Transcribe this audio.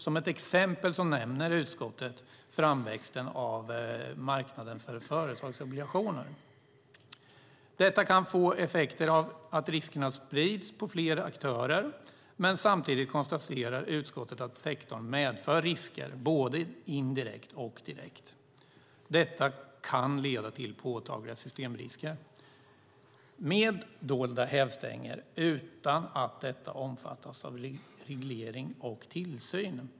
Som ett exempel nämner utskottet framväxten av marknaden för företagsobligationer. Detta kan få effekten att riskerna sprids på fler aktörer, men samtidigt konstaterar utskottet att sektorn medför risker både indirekt och direkt. Det kan leda till påtagliga systemrisker med dolda hävstänger utan att detta omfattas av reglering och tillsyn.